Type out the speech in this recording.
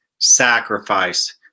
sacrifice